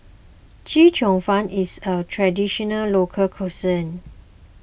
Chee Cheong Fun is a Traditional Local Cuisine